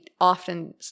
often